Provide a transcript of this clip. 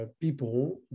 people